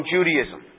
Judaism